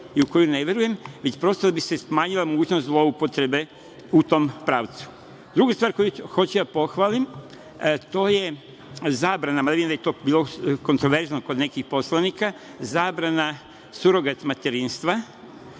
i u koju ne verujem, već prosto da bi se smanjila mogućnost zloupotrebe u tom pravcu. Druga stvar koju hoću da pohvalim to je zabrana, mada vidim da je to bilo kontraverzno kod nekih poslanika, zabrana surogat materinstva,